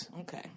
Okay